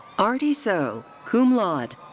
ardy sowe, cum laude.